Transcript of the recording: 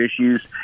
issues